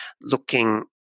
looking